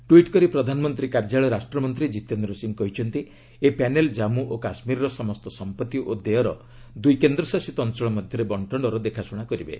tweet କରି ପ୍ରଧାନମନ୍ତ୍ରୀ କାର୍ଯ୍ୟାଳୟ ରାଷ୍ଟ୍ରମନ୍ତ୍ରୀ ଜିତେନ୍ଦ୍ର ସିଂହ କହିଛନ୍ତି ଏହି ପ୍ୟାନେଲ୍ କାମ୍ମୁ ଓ କାଶ୍ମୀରର ସମସ୍ତ ସମ୍ପତ୍ତି ଓ ଦେୟର ଦୁଇ କେନ୍ଦ୍ରଶାସିତ ଅଞ୍ଚଳ ମଧ୍ୟରେ ବଙ୍କନର ଦେଖାଶୁଣା କରିବେ